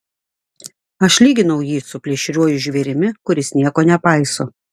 aš lyginau jį su plėšriuoju žvėrimi kuris nieko nepaiso